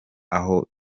aho